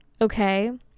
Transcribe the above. okay